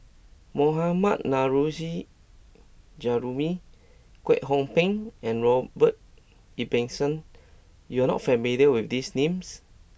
Mohammad Nurrasyid Juraimi Kwek Hong Png and Robert Ibbetson you are not familiar with these names